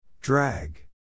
Drag